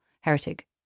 heretic